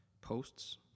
posts